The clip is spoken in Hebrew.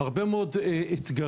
עם הרבה מאוד אתגרים,